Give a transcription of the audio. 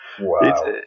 Wow